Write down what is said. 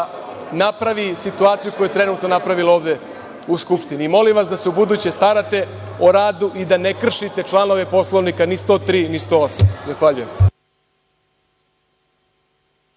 napravi situaciju koju je trenutno napravila ovde u Skupštini. Molim vas da se buduće starate o radi i da ne kršite članove Poslovnika, ni 103. ni 108. Zahvaljujem.